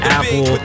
Apple